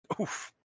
Oof